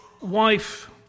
wife